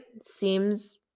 seems